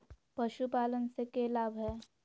पशुपालन से के लाभ हय?